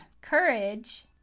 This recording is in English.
courage